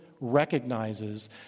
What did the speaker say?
recognizes